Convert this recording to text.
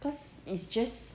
cause it's just